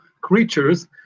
creatures